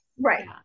Right